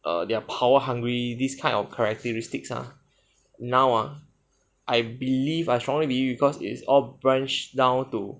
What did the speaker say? err they are power hungry this kind of characteristics ah now ah I believe I strongly believe because it's all branched down to